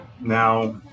Now